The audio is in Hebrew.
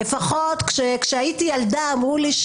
לפחות כשהייתי ילדה אמרו לי,